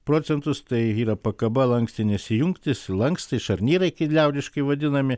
procentus tai yra pakaba lankstinės jungtys lankstai šarnyrai kaip liaudiškai vadinami